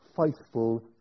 faithful